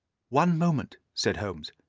one moment, said holmes,